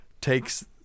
takes